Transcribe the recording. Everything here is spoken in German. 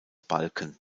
balken